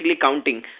counting